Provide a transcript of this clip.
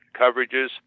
coverages